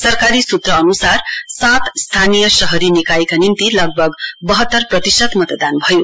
सरकारी सूत्र अनुसार सात स्थानीय शहरी निकायका निम्ति लगभग वाहत्तर प्रतिशत मतदान भयो